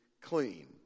clean